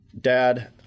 Dad